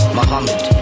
Muhammad